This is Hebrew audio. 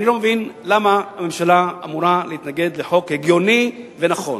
אני לא מבין למה הממשלה אמורה להתנגד לחוק הגיוני ונכון.